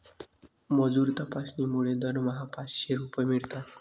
मजूर तपासणीमुळे दरमहा पाचशे रुपये मिळतात